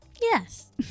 yes